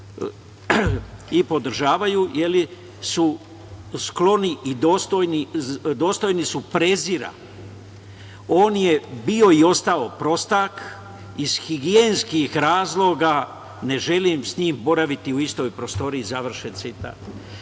i podržavaju su skloni i dostojni su prezira.„On je bio i ostao prostak iz higijenskih razloga ne želim sa njim boraviti u istoj prostoriji.“, završen